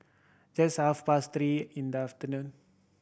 just half past three in the afternoon